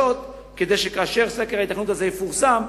כדי שכאשר סקר ההיתכנות הזה יפורסם,